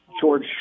george